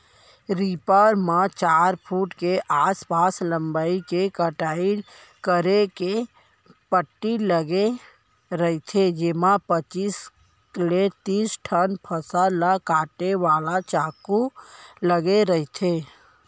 reaper म चार foot के आसपास लंबई के कटई करे के पट्टी लगे रहिथे जेमा पचीस ले तिस ठन फसल ल काटे वाला चाकू लगे रहिथे